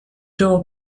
door